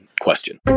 question